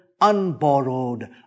unborrowed